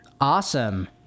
Awesome